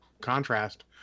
contrast